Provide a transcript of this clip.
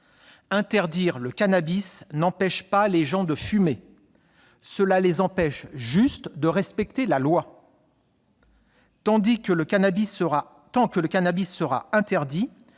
Interdire le cannabis n'empêche pas les gens de fumer ; cela les empêche juste de respecter la loi ! Tant que le cannabis sera interdit,